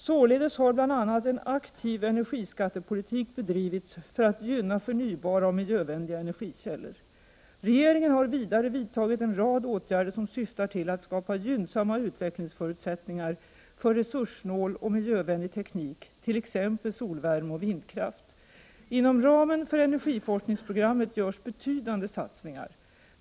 Således har bl.a. en aktiv energiskattepolitik bedrivits för att gynna förnybara och miljövänliga energikällor. Regeringen har vidare vidtagit en rad åtgärder som syftar till att skapa gynnsamma utvecklingsförutsättningar för resurssnål och miljövänlig teknik, t.ex. solvärme och vindkraft. Inom ramen för energiforskningsprogrammet görs betydande satsningar.